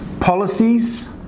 Policies